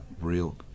Real